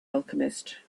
alchemist